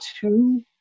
two